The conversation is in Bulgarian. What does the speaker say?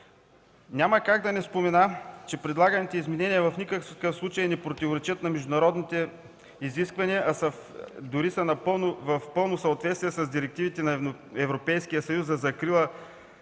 Няма как да не спомена, че предлаганите изменения в никакъв случай не противоречат на международните изисквания, дори са в пълно съответствие с директивите на Европейския съюз за закрила